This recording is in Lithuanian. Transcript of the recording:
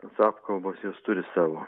tos apkalbos jos turi savo